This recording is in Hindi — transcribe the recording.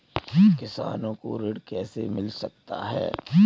किसानों को ऋण कैसे मिल सकता है?